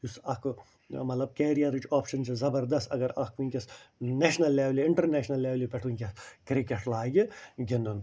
یُس اَکھ ٲں مطلب کیرِیررٕچۍ آپشن چھِ زبردست اگر اَکھ وُنٛکیٚس نیشنل لیولہِ اِنٹرنیشنل لیولہِ پٮ۪ٹھ وُنٛکیٚس کِرکٹ لاگہِ گِنٛدُن